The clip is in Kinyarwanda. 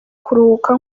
kuruhuka